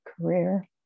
career